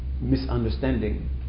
misunderstanding